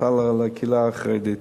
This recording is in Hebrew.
ובכלל לקהילה החרדית.